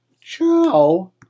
Ciao